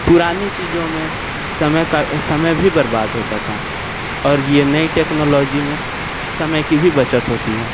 पुरानी चीज़ो में समय का समय भी बर्बाद होता था और यह नई टेक्नोलॉजी में समय की भी बचत होती है